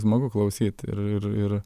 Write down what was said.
smagu klausyt ir ir